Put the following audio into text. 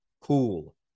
cool